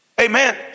Amen